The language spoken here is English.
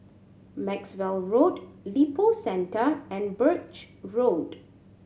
Maxwell Road Lippo Centre and Birch Road